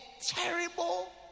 terrible